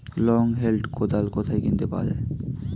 Long hand কোদাল কোথায় কিনতে পাওয়া যায়?